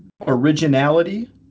originality